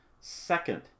Second